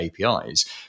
APIs